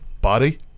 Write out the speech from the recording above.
Body